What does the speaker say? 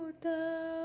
down